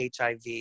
HIV